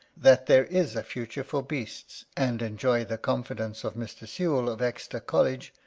that there is a future for beasts, and enjoy the confid ence of mr. sewell of exeter college,